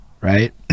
right